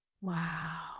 wow